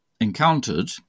encountered